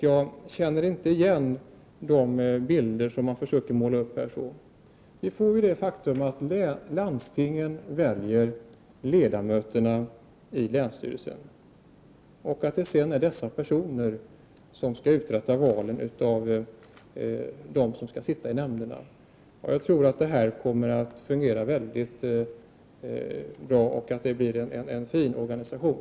Jag känner inte igen de bilder som man försöker måla upp här. Vi får ju det systemet att det är landstingen som väljer ledamöterna i länsstyrelserna och att det sedan är dessa personer som skall förrätta valen av dem som skall sitta i nämnderna. Jag tror att det här kommer att fungera väldigt bra och att det blir en fin organisation.